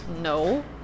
no